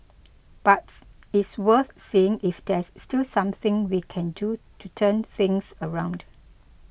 but it's worth seeing if there's still something we can do to turn things around